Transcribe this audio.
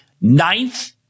ninth